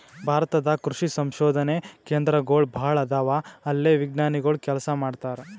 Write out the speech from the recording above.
ಭಾರತ ದಾಗ್ ಕೃಷಿ ಸಂಶೋಧನೆ ಕೇಂದ್ರಗೋಳ್ ಭಾಳ್ ಅದಾವ ಅಲ್ಲೇ ವಿಜ್ಞಾನಿಗೊಳ್ ಕೆಲಸ ಮಾಡ್ತಾರ್